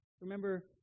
Remember